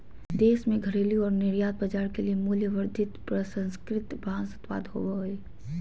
देश में घरेलू और निर्यात बाजार के लिए मूल्यवर्धित प्रसंस्कृत बांस उत्पाद होबो हइ